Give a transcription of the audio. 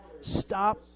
stop